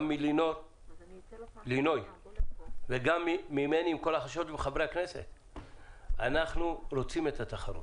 גם מלינור וגם ממני ומחברי הכנסת את כל